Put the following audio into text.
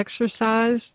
exercise